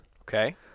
Okay